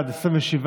תהיו ענייניים.